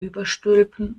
überstülpen